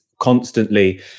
constantly